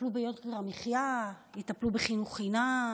שיטפלו ביוקר המחיה, יטפלו בחינוך חינם,